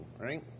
right